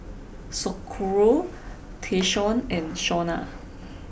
Socorro Tayshaun and Shawna